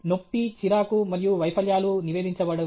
నొప్పి చిరాకు మరియు వైఫల్యాలు నివేదించబడవు